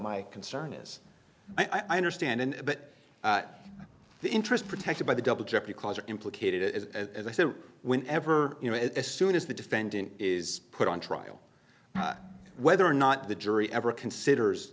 my concern is i understand but the interest protected by the double jeopardy clause are implicated as i said when ever you know as soon as the defendant is put on trial whether or not the jury ever considers